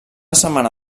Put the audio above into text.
setmana